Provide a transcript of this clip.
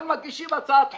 אבל מגישים הצעת חוק,